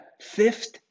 fifth